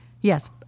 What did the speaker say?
Yes